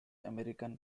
american